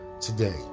today